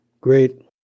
great